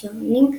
שעונים,